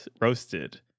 roasted